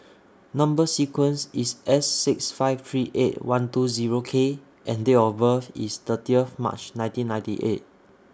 Number sequence IS S six five three eight one two Zero K and Date of birth IS thirty of March nineteen ninety eight